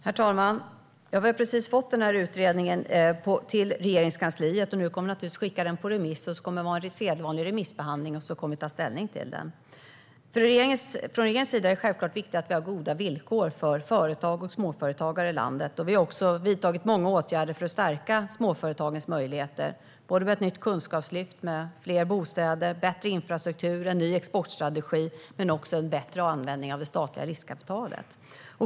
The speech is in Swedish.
Herr talman! Vi har precis fått utredningen till Regeringskansliet, och nu kommer vi naturligtvis att skicka den på remiss. Det blir en sedvanlig remissbehandling, och sedan får vi ta ställning till den. Från regeringens sida är det självklart viktigt att det finns goda villkor för företag och småföretagare i landet. Vi har också vidtagit många åtgärder för att stärka småföretagens möjligheter med ett nytt kunskapslyft, med fler bostäder, bättre infrastruktur, en ny exportstrategi och en bättre användning av det statliga riskkapitalet.